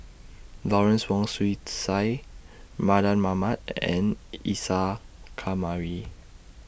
Lawrence Wong Shyun Tsai Mardan Mamat and Isa Kamari